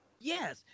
Yes